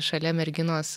šalia merginos